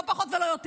לא פחות ולא יותר.